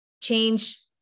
change